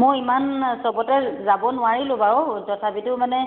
মই ইমান চবতে যাব নোৱাৰিলোঁ বাৰু তথাপিতো মানে